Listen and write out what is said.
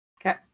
okay